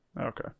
Okay